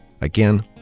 Again